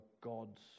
God's